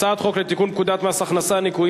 הצעת חוק לתיקון פקודת מס הכנסה (ניכויים